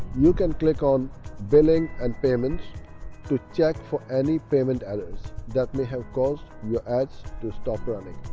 you can click on billing and payments to check for any payment errors that may have caused your ads to stop running.